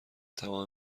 تمام